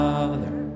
Father